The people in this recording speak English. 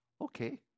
Okay